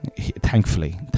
thankfully